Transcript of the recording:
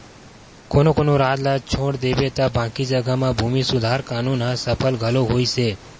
कोनो कोनो राज ल छोड़ देबे त बाकी जघा म भूमि सुधार कान्हून ह सफल घलो होइस हे